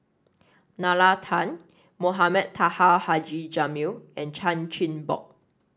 Nalla Tan Mohamed Taha Haji Jamil and Chan Chin Bock